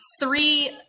Three